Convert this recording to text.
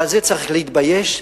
ובזה צריך להתבייש.